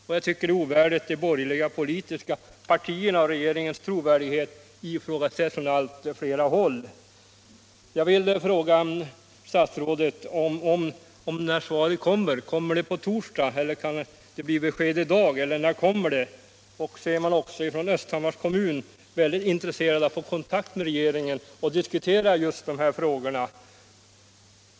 Detta är ovärdigt de borgerliga politiska partierna, och regeringens trovärdighet ifrågasätts från allt fler håll. Man är inom Östhammars kommun mycket intresserad av att få kontakt med regeringen och diskutera just de här frågorna.